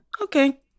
okay